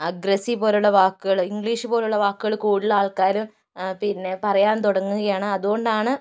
aggressive പോലുള്ള വാക്കുകൾ English പോലുള്ള വാക്കുകള് കൂടുതല് ആൾക്കാരും പിന്നെ പറയാന് തുടങ്ങുകയാണ് അത് കൊണ്ടാണ്